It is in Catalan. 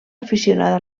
aficionada